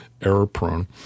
error-prone